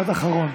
משפט אחרון.